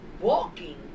walking